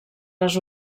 les